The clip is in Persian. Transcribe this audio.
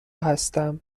هستم